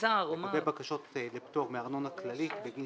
לגבי בקשות לפטור מארנונה כללית בגין